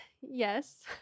Yes